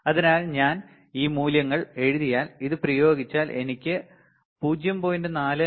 അതിനാൽ ഞാൻ ഈ മൂല്യങ്ങൾ എഴുതിയാൽ ഇത് പ്രയോഗിച്ചാൽ എനിക്ക് 0